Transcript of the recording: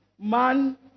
man